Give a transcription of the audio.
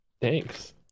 Thanks